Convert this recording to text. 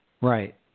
Right